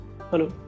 Hello